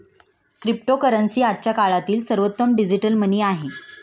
cryptocurrency आजच्या काळातील सर्वोत्तम डिजिटल मनी आहे